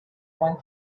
one